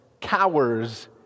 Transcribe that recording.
cowers